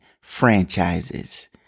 franchises